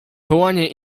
wołanie